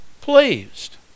pleased